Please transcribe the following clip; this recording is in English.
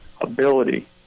ability